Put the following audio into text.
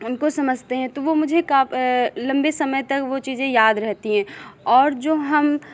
उनको समझते हैं तो वो मुझे लंबे समय तक वो चीज़ें याद रहती हैं और जो हम